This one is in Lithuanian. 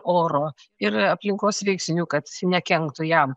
oro ir aplinkos veiksnių kad nekenktų jam